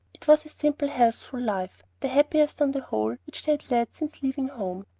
it was a simple, healthful life, the happiest on the whole which they had led since leaving home.